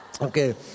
Okay